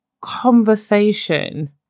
conversation